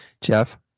Jeff